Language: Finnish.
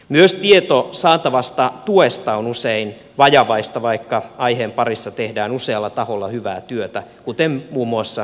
myös tieto saatavasta tuesta on usein vajavaista vaikka aiheen parissa tehdään usealla taholla hyvää työtä kuten muun muassa delfins ryssä